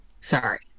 Sorry